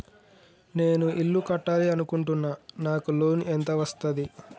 నేను ఇల్లు కట్టాలి అనుకుంటున్నా? నాకు లోన్ ఎంత వస్తది?